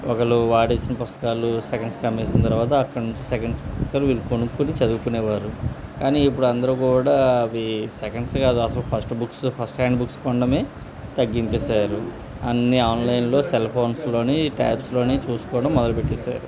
ఒకళు వాడేసిన పుస్తకాలు సెకండ్స్కి అమ్మేసిన తర్వాత అక్కడ నుంచి సెకండ్స్ పుస్తకాలు వీళ్ళు కొనుక్కోని చదువుకునేవారు కానీ ఇప్పుడు అందరూ కూడా అవి సెకండ్స్ కాదు అసలు first books first hand books కొనడమే తగ్గించేేశారు అన్ని ఆన్లైన్లో సెల్ ఫోన్స్లో ట్యాబ్స్లో చూసుకోవడం మొదలు పెట్టారు